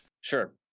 Sure